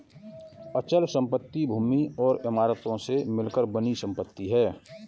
अचल संपत्ति भूमि और इमारतों से मिलकर बनी संपत्ति है